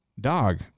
dog